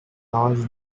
large